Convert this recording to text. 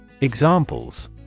Examples